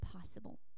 possible